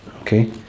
Okay